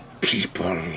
people